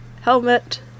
helmet